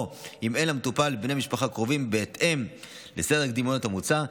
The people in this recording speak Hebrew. או אם אין למטופל בני משפחה קרובים בהתאם לסדר הקדימויות המוצע,